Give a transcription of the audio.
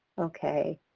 okay.